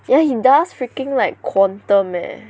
yeah he does freaking like quantum eh